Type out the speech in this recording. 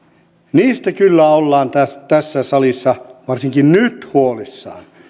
niistä kyllä ollaan tässä salissa varsinkin nyt huolissaan